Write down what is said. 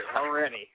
already